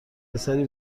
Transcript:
پسری